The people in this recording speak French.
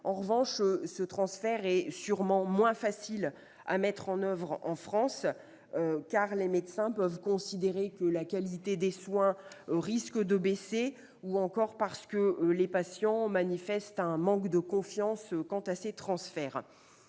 En revanche, ce transfert est sûrement moins facile à mettre en oeuvre en France, car les médecins peuvent considérer que la qualité des soins risque de baisser, ou encore parce que les patients manifestent un manque de confiance à cet égard.